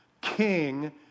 king